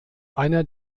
einer